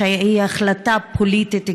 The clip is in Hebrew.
היא החלטה פוליטית גרידא.